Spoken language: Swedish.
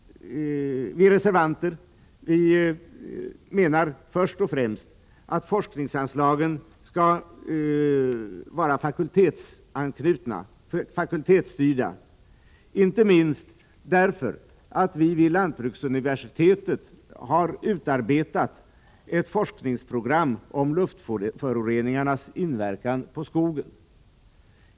Vi reservanter menar först och främst att forskningsanslagen skall vara fakultetsanknutna och fakultetsstyrda, inte minst därför att man vid Lantbruksuniversitetet har utarbetat ett forskningsprogram om luftföroreningarnas inverkan på skogen.